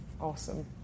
awesome